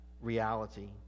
reality